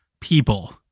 people